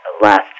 last